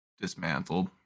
dismantled